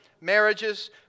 marriages